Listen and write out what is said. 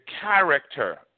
character